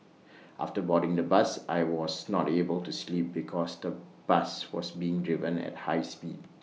after boarding the bus I was not able to sleep because the bus was being driven at high speed